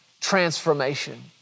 transformation